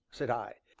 said i.